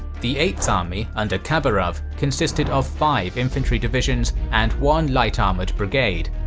the eighth army under khabarov consisted of five infantry divisions and one light armored brigade,